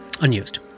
Unused